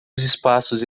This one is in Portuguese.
espaços